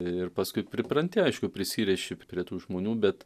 ir paskui pripranti aišku prisiriši prie tų žmonių bet